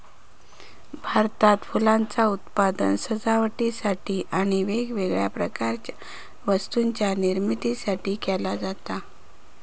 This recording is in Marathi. भारतात फुलांचा उत्पादन सजावटीसाठी आणि वेगवेगळ्या प्रकारच्या वस्तूंच्या निर्मितीसाठी केला जाता